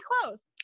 close